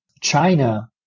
China